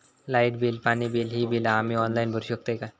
Light bill, पाणी bill, ही बिला आम्ही ऑनलाइन भरू शकतय का?